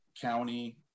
county